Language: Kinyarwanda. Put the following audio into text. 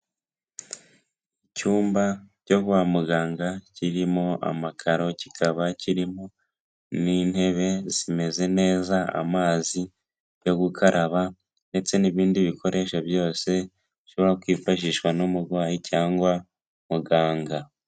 Icyumba cyo kwa muganga kirimo amakaro, kikaba kirimo n'intebe zimeze neza amazi yo gukaraba, ndetse n'ibindi bikoresho byose bishobora kwifashishwa n'umurwayi cyangwa muganga.